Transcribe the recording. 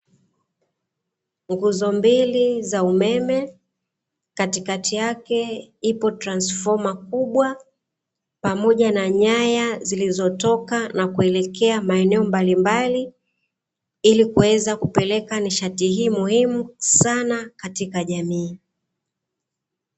Nguzo mbili za umem, katikati yake ipo transfoma kubwa pamoja na nyaya zilizotoka na kuelekea maeneo mbalimbali ili kuweza kupeleka nishati hii muhimu sana katika jamii.